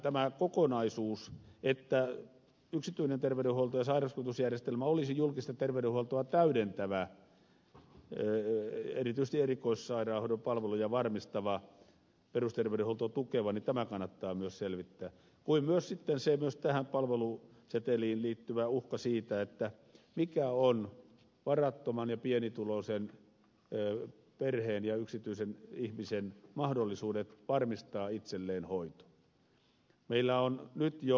tämä kokonaisuus että yksityinen terveydenhuolto ja sairausvakuutusjärjestelmä olisi julkista terveydenhuoltoa täydentävä erityisesti erikoissairaanhoidon palveluja varmistava perusterveydenhuoltoa tukeva kannattaa myös selvittää kuin myös tähän palveluseteliin liittyvä uhka siitä mitkä ovat varattoman ja pienituloisen perheen ja yksityisen ihmisen mahdollisuudet varmistaa itselleen hoito